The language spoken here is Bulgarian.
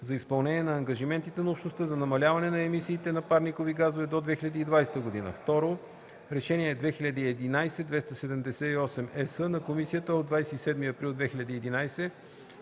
за изпълнение на ангажиментите на Общността за намаляване на емисиите на парникови газове до 2020 г.; 2. Решение 2011/278/ЕС на Комисията от 27 април 2011